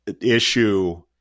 issue